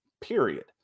period